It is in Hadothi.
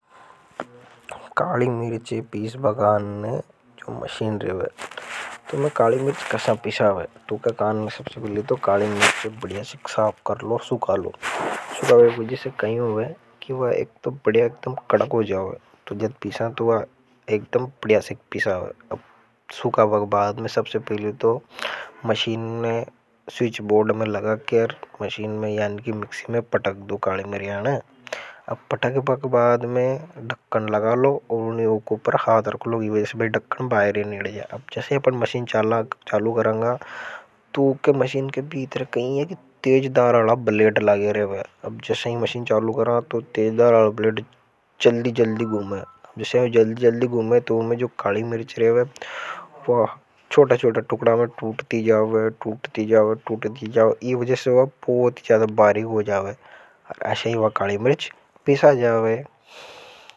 काली मिर्ची पीस काने जो मशीन रेवे तो मैं काली मिर्च कशा पीशा वह तो ऊके कान्हे सबसे पहले तो काली मिर्च हैं बढ़िया से साफ कर लो और सुखा लो। इसका एका वजह से कहीं होवे है कि वह एक तो एकदम कड़क हो जाओ तुम्हें। एकदम बढ़िया सेक पीसा वे अब सुकाबा के बाद में सबसे पहले तो मशीन में स्विच बोर्ड में लगाकर। मशीन में यानि की मिक्सी में पटक दो काली मिर्यान है अब पटक के बाद में डक्कन लगा लो और ऊके ऊपर हाथ रख लो जिसे वही ढकन बायर नी हिट जा। अब जैसे अपने मशीन चाला चालू करेंगे तो उनके मशीन के के भीतरे कहीं। है कि तेज़दार अड़ा बलेड लागे रेवे अब जैसे ही मशीन चालू करा तो तेज़दार अड़ा बलेड चल्दी-चल्दी गुम है। जैसे वो जल्द जल्दी गुमे तो वो में जो काली मिर्च रहेवे वो छोटा-छोटा टुकडा में तूटती जाओगे तूटती जाओगे तूटती जाओगे इस वजह से वो बहुत जादा बारक हो जाओगे और ऐसे ही वो काली मिर्च पीसा जावे।